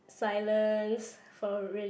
silence for really